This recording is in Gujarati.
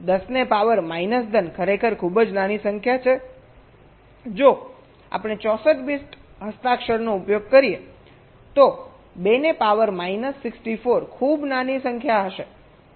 પરંતુ 10 ને પાવર માઇનસ 10 ખરેખર ખૂબ જ નાની સંખ્યા છે જો આપણે 64 બીટ હસ્તાક્ષરનો ઉપયોગ કરીએ તો 2 ને પાવર માઇનસ 64 ખૂબ નાની હશે